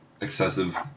excessive